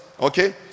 Okay